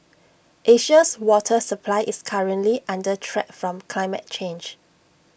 Asia's water supply is currently under threat from climate change